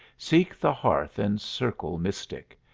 seek the hearth in circle mystic,